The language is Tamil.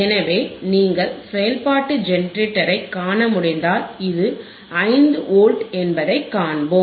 எனவே நீங்கள் செயல்பாட்டு ஜெனரேட்டரைக் காண முடிந்தால் இது 5 வோல்ட் என்பதைக் காண்போம்